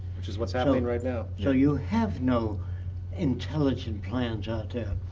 which is what's happening right now. so you have no intelligent plans out there.